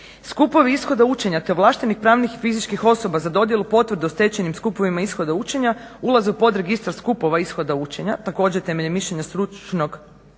Skupovi ishoda učenja te ovlaštenih pravnih i fizičkih osoba za dodjelu potvrda o stečenim skupovima ishoda učenja ulaze u podregistar skupova ishoda učenja, također temeljem mišljenja stručnog,